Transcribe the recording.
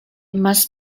must